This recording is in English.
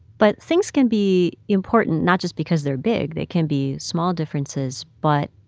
but things can be important not just because they're big. they can be small differences but